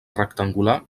rectangular